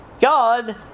God